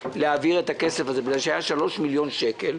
להעביר את הכסף הזה בגלל שהיו שלושה מיליון שקל,